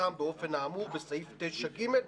יפורסם באופן האמור בסעיף 9(ג).